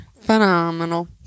Phenomenal